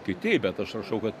kiti bet aš rašau kad